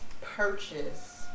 purchase